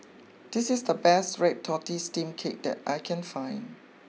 this is the best Red Tortoise Steamed Cake that I can find